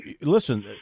listen